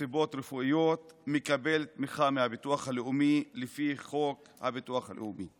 רפואיות מקבל תמיכה מהביטוח הלאומי לפי חוק הביטוח הלאומי.